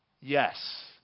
Yes